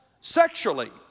sexually